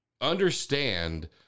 understand